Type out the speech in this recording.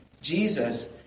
Jesus